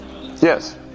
Yes